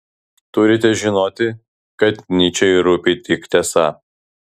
turite žinoti kad nyčei rūpi tik tiesa